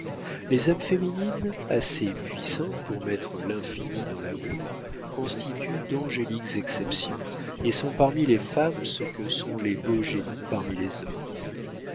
les âmes féminines assez puissantes pour mettre l'infini dans l'amour constituent d'angéliques exceptions et sont parmi les femmes ce que sont les beaux génies parmi les hommes